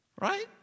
Right